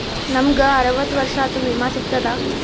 ನಮ್ ಗ ಅರವತ್ತ ವರ್ಷಾತು ವಿಮಾ ಸಿಗ್ತದಾ?